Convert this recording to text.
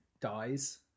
dies